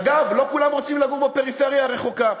אגב, לא כולם רוצים לגור בפריפריה הרחוקה.